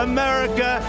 America